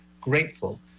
grateful